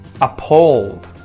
Appalled